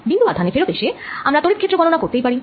বিন্দু আধান এ ফেরত এসে আমরা তড়িৎ ক্ষেত্র গননা করতেই পারি